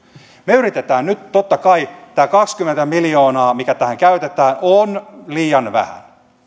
me yritämme nyt totta kai tämä kaksikymmentä miljoonaa mikä tähän käytetään on liian vähän